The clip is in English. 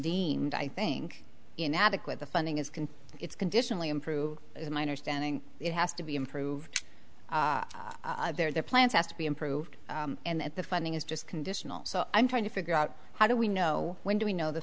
deemed i think inadequate the funding is can it's conditionally improved my understanding it has to be improved their plans has to be improved and the funding is just conditional so i'm trying to figure out how do we know when do we know the